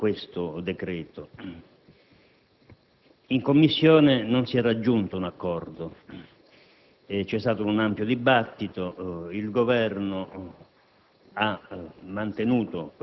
introdotte in questo decreto. In Commissione non si è raggiunto un accordo; c'è stato un ampio dibattito, il Governo